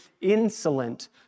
insolent